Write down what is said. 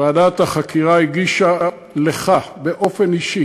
ועדת החקירה הגישה לך באופן אישי